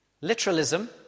Literalism